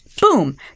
boom